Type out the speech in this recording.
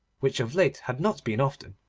which of late had not been often,